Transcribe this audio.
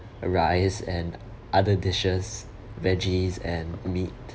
rice and other dishes veggies and meat